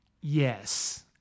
yes